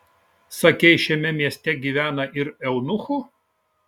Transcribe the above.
sakei šiame mieste gyvena ir eunuchų